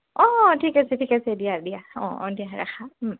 অঁ ঠিক আছে ঠিক আছে দিয়া দিয়া অঁ অঁ দিয়া ৰাখা